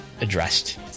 addressed